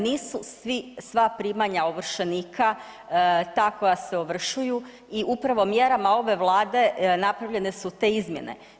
Nisu svi, sva primanja ovršenika ta koja se ovršuju i upravo mjerama ove Vlade napravljene su te izmjene.